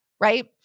right